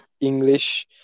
English